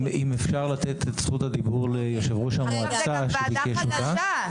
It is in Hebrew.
אם אפשר לתת זכות דיבור לראש המועצה, שביקש אותה.